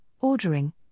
ordering